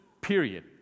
period